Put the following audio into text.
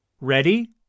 Ready